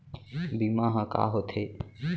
बीमा ह का होथे?